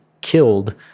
killed